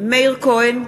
מאיר כהן,